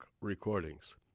recordings